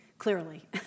Clearly